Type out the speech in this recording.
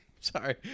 Sorry